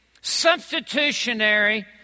substitutionary